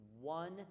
one